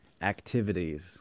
activities